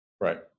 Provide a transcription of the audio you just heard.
Right